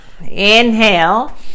inhale